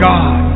God